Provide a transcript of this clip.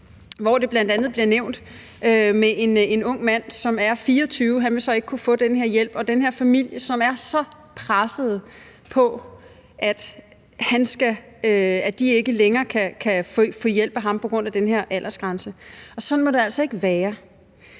hvor der bl.a. bliver nævnt en ung mand, som er 24 år. Han vil ikke kunne få den her hjælp, og den her familie er så presset, i forhold til at de ikke længere kan få hjælp til ham på grund af den her aldersgrænse. Og sådan må det altså ikke være.